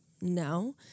no